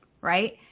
right